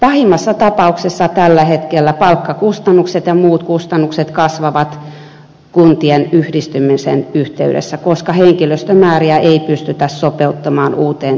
pahimmassa tapauksessa tällä hetkellä palkkakustannukset ja muut kustannukset kasvavat kuntien yhdistymisen yhteydessä koska henkilöstömääriä ei pystytä sopeuttamaan uuteen tilanteeseen